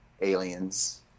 aliens